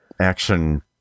action